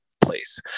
place